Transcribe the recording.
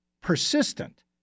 Persistent